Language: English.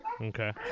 Okay